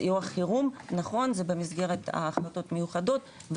סיוע חירום נכון זה במסגרת החלטות מיוחדות.